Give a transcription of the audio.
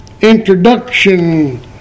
introduction